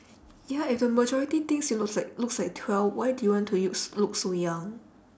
ya if the majority thinks you looks like looks like twelve why do you want to us~ look so young